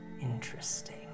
interesting